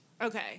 Okay